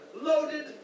loaded